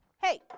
Hey